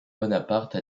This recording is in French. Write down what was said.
bonaparte